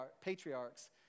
patriarchs